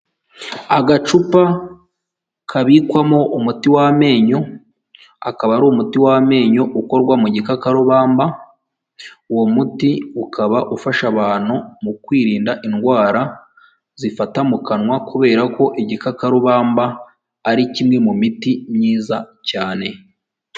Agacupa kabikwamo umuti w'amenyo akaba ari umuti w'amenyo ukorwa mu gikakarubamba, uwo muti ukaba ufasha abantu mu kwirinda indwara zifata mu kanwa kubera ko igikakarubamba ari kimwe mu miti myiza cyane.